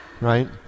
right